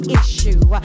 issue